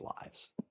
lives